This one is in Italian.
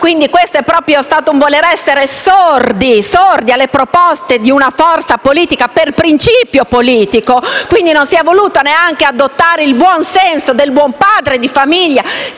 Questo è proprio un voler essere sordi alle proposte di una forza politica per principio politico. E non si è voluto neanche adottare il buon senso del padre di famiglia,